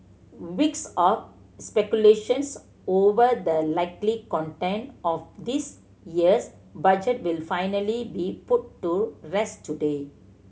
weeks of speculations over the likely content of this year's Budget will finally be put to rest today